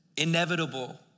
Inevitable